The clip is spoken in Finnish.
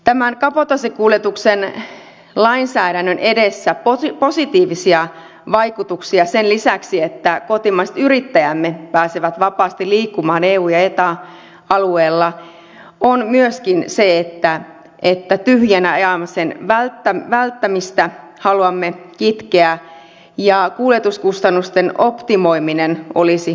tämän kabotaasikuljetuksen lainsäädännön edessä positiivinen vaikutus sen lisäksi että kotimaiset yrittäjämme pääsevät vapaasti liikkumaan eu ja eta alueella on myöskin se että tyhjänä ajamista haluamme kitkeä ja kuljetuskustannusten optimoiminen olisi päämäärämme